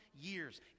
years